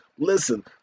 Listen